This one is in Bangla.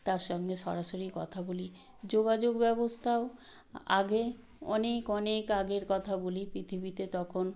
তার সঙ্গে সরাসরি কথা বলি যোগাযোগ ব্যবস্থাও আগে অনেক অনেক আগের কথা বলি পৃৃথিবীতে তখন